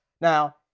Now